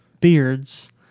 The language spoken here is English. beards